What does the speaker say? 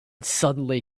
suddenly